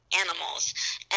animals